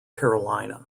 carolina